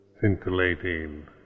scintillating